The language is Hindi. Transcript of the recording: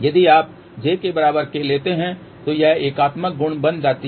यदि आप j के बराबर k लेते हैं तो यह एकात्मक गुण बन जाती है